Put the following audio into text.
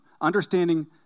understanding